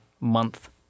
month